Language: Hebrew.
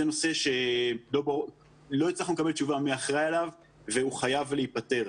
זה נושא שלא הצלחנו לקבל תשובה מי אחראי עליו והוא חייב להיפתר.